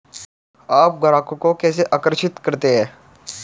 आप ग्राहकों को कैसे आकर्षित करते हैं?